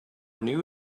new